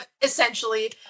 essentially